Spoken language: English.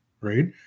right